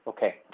Okay